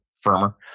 firmer